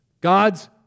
God's